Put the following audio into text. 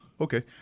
okay